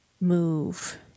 move